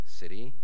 city